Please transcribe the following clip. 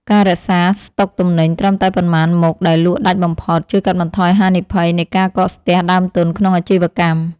ការរក្សាស្តុកទំនិញត្រឹមតែប៉ុន្មានមុខដែលលក់ដាច់បំផុត ជួយកាត់បន្ថយហានិភ័យនៃការកកស្ទះដើមទុនក្នុងអាជីវកម្ម។